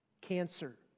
Cancer